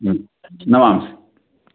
नमांसि